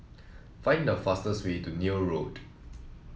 find the fastest way to Neil Road